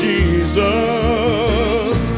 Jesus